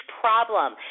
problem